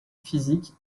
physiques